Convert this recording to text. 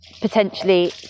potentially